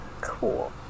Cool